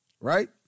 Right